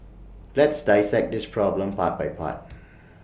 let's dissect this problem part by part